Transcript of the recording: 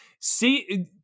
see